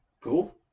cool